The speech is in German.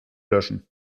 löschen